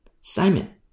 Simon